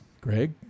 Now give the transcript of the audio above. Greg